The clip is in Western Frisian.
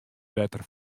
wetter